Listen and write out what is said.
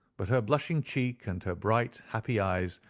but her blushing cheek and her bright, happy eyes,